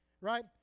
right